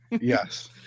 Yes